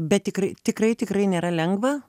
bet tikrai tikrai tikrai nėra lengva